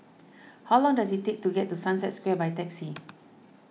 how long does it take to get to Sunset Square by taxi